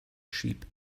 sheep